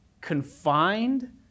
confined